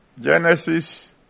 Genesis